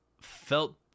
felt